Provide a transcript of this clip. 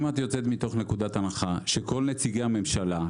אם את יוצאת מתוך נקודת הנחה שכל נציגי הממשלה,